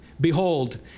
Behold